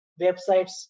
websites